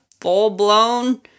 full-blown